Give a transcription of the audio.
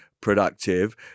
productive